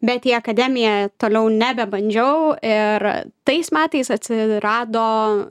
bet į akademiją toliau nebebandžiau ir tais metais atsirado